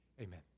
amen